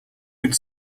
could